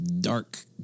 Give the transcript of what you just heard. dark